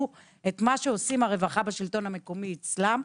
את מה שעושה הרווחה בשלטון המקומי אצלם,